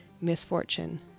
misfortune